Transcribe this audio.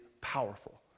powerful